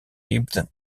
ibn